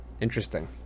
Interesting